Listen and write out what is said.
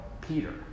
Peter